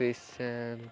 special